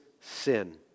sin